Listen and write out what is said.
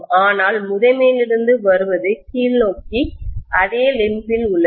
ஆனால் முதன்மையிலிருந்து வருவது கீழ்நோக்கி அதே லிம்பில்மூட்டுகளில் உள்ளது